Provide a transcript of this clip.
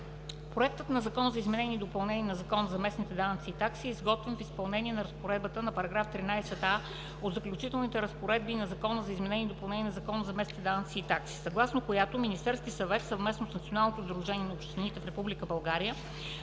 Проектът на Закон за изменение и допълнение на Закона за местните данъци и такси е изготвен в изпълнение на разпоредбата на § 13а от заключителните разпоредби към Закона за изменение и допълнение на Закона за местните данъци и такси, съгласно която Министерският съвет съвместно с Националното сдружение на общините в Република България